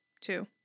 two